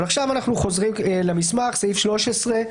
עכשיו אנחנו חוזרים למסמך, סעיף 13,